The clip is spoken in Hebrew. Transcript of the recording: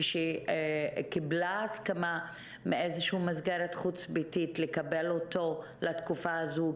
כשהיא קיבלה הסכמה מאיזושהי מסגרת חוץ ביתית לקבל אותו לתקופה הזו,